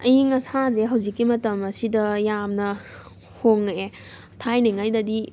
ꯑꯌꯤꯡ ꯑꯁꯥꯁꯦ ꯍꯧꯖꯤꯛꯀꯤ ꯃꯇꯝ ꯑꯁꯤꯗ ꯌꯥꯝꯅ ꯍꯣꯉꯛꯑꯦ ꯊꯥꯏꯅꯉꯩꯗꯗꯤ